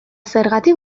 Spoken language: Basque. zergatik